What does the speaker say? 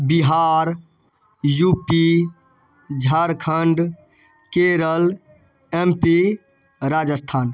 Bihar U P Jharkhand Kerala M P Rajasthan